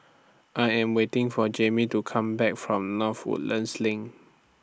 I Am waiting For Jamey to Come Back from North Woodlands LINK